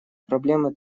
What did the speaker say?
проблемы